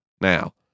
Now